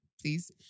please